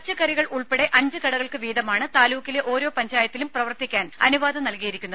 പച്ചക്കറികൾ ഉൾപ്പെടെ അഞ്ച് കടകൾക്ക് വീതമാണ് താലൂക്കിലെ ഓരോ പഞ്ചായത്തിലും പ്രവർത്തിക്കാൻ അനുവാദം നൽകിയിരിക്കുന്നത്